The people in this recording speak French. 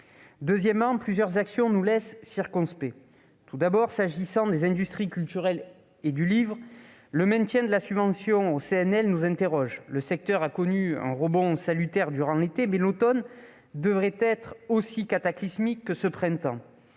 Deuxièmement, plusieurs actions nous laissent circonspects. Tout d'abord, s'agissant des industries culturelles et du livre, le maintien de la subvention au CNL nous interroge. Le secteur a connu un rebond salutaire durant l'été, mais l'automne devrait être aussi cataclysmique que ce printemps.